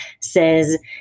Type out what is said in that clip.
says